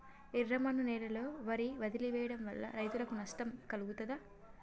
ఎర్రమన్ను నేలలో వరి వదిలివేయడం వల్ల రైతులకు నష్టం కలుగుతదా?